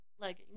leggings